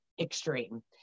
extreme